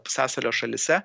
pusiasalio šalyse